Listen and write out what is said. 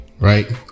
right